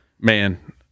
man